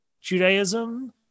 Judaism